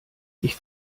ich